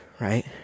Right